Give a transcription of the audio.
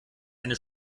eine